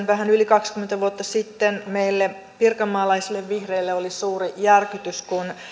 vähän yli kaksikymmentä vuotta sitten meille pirkanmaalaisille vihreille oli suuri järkytys kun